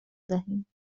دهیم